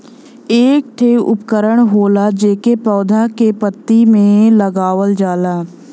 एक ठे उपकरण होला जेके पौधा के पत्ती में लगावल जाला